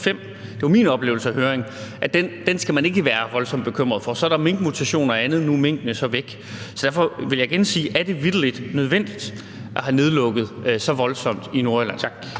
er overdrevet; den skal man ikke være voldsomt bekymret for. Så er der minkmutationer og andet, men nu er minkene så væk. Derfor vil jeg igen spørge: Er det vitterlig nødvendigt at have lukket så voldsomt ned i Nordjylland?